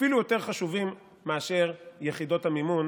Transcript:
אפילו יותר חשובים מיחידות המימון